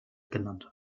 genannt